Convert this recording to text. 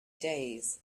days